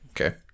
okay